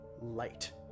light